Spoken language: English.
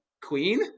Queen